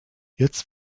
jetzt